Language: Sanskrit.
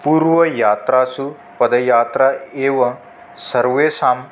पूर्वयात्रासु पदयात्रा एव सर्वेषाम्